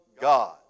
God